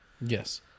Yes